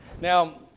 Now